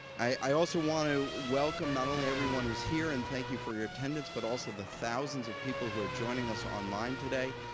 i also want to welcome not only everyone who is here and thank you for your attendance, but also the thousands of people who are joining us online today.